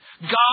God